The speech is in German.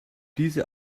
diese